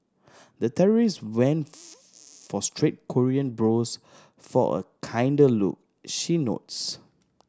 the terrorist went for straight Korean brows for a kinder look she notes